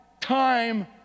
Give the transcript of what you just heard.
time